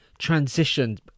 transitioned